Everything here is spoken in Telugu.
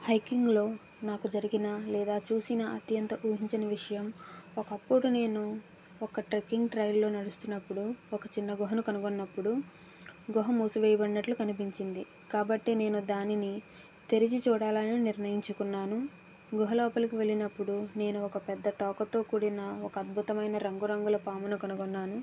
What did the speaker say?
హైకింగ్లో నాకు జరిగిన లేదా చూసిన అత్యంత ఊహించని విషయం ఒకప్పుడు నేను ఒక ట్రెక్కింగ్ ట్రైల్లో నడుస్తున్నప్పుడు ఒక చిన్న గుహను కనుగున్నప్పుడు గుహ మూసివేయబడినట్లు కనిపించింది కాబట్టి నేను దానిని తెరిచి చూడాలని నిర్ణయించుకున్నాను గుహ లోపలికి వెళ్ళినప్పుడు నేను ఒక పెద్ద తోకతో కూడిన ఒక అద్భుతమైన రంగురంగుల పామును కనుగొన్నాను